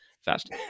fast